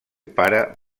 pare